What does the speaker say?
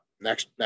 Next